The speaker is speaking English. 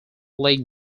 league